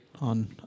on